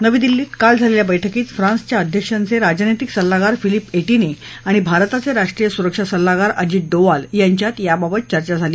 नवी दिल्लीत काल झालेल्या बैठकीत फ्रान्सच्या अध्यक्षांचे राजनैतिक सल्लागार फिलिप एटीने आणि भारताचे राष्ट्रीय सुरक्षा सल्लागार अजित डोवाल यांच्यात याबाबत चर्चा झाली